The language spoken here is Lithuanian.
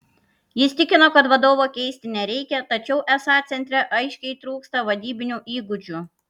jis tikino kad vadovo keisti nereikia tačiau esą centre aiškiai trūksta vadybinių įgūdžių